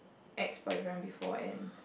ex boyfriend before and